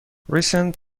recent